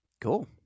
Cool